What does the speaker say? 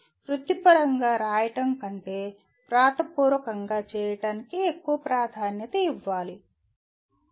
వృత్తిపరంగా రాయడం కంటే వ్రాతపూర్వకంగా చేయడానికి ఎక్కువ ప్రాధాన్యత ఇవ్వాలి